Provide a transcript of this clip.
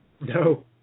No